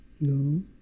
No